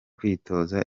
kwitoza